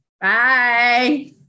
Bye